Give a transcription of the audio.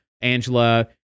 Angela